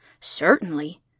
Certainly